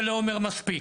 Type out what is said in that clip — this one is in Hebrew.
זה לא אומר מספיק,